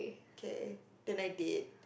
okay the ninety eight